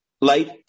light